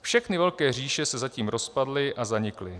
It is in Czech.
Všechny velké říše se zatím rozpadly a zanikly.